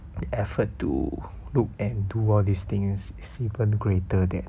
effort to look and do all these things is even greater than